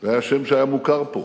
היה שם שהיה מוכר פה.